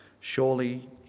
surely